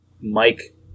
Mike